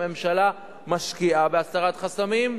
והממשלה משקיעה בהסרת חסמים.